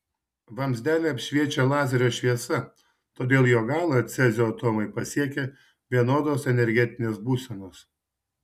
vamzdelį apšviečia lazerio šviesa todėl jo galą cezio atomai pasiekia vienodos energetinės būsenos